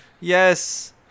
Yes